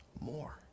more